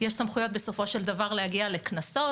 יש בסופו של דבר סמכויות להגיע לקנסות,